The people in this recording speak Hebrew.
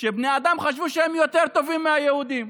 כשבני אדם חשבו שהם יותר טובים מהיהודים.